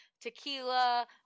tequila